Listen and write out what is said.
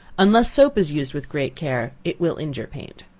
unless soap is used with great care, it will injure paint.